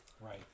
right